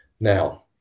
Now